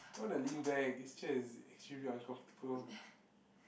wanna lean back this chair is extremely uncomfortable